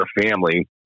family